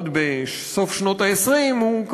עוד בסוף שנות ה-20 של המאה הקודמת,